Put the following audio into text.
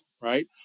right